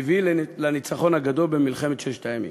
והביא לניצחון הגדול במלחמת ששת הימים.